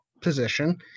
position